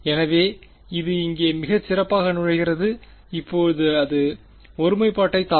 எனவே இது இங்கே மிகச் சிறப்பாக நுழைகிறது இப்போது அது ஒருமைப்பாட்டைத் தாக்கும்